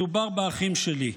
מדובר באחים שלי.